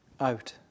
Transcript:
out